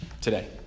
Today